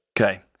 Okay